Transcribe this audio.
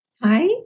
Hi